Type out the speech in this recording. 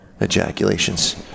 ejaculations